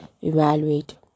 Evaluate